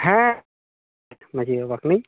ᱦᱮᱸ ᱢᱟ ᱡᱷᱤ ᱵᱟᱵᱟ ᱠᱟᱹᱱᱟᱹᱧ